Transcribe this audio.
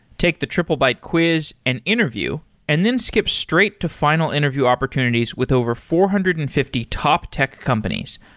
take the triplebyte quiz and interview and then skip straight to final interview opportunities with over four hundred and fifty top tech companies,